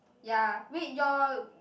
ya wait your